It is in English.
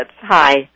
Hi